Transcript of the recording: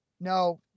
No